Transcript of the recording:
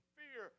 fear